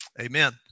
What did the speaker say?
Amen